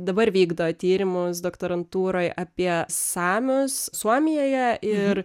dabar vykdo tyrimus doktorantūroj apie samius suomijoje ir